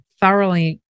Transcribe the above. thoroughly